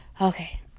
Okay